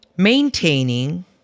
maintaining